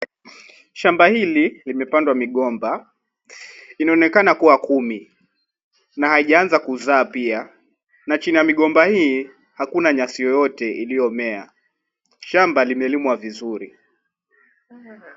Shambi hili limepandwa migomba .Inaonekana kua kumi na haijaanza kuzaa pia .Na kwenye migomba hii Kuna nyasi iliyomea. Shamba imelimwa vizuri .